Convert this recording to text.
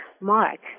Mark